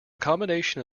combination